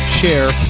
share